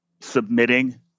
submitting